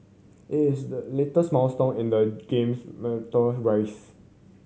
it is the latest milestone in the game's meteoric wise